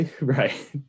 Right